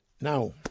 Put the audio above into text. Now